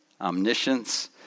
omniscience